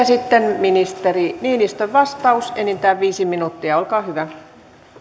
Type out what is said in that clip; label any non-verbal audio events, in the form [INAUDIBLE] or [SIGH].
[UNINTELLIGIBLE] sitten ministeri niinistön vastaus enintään viisi minuuttia olkaa hyvä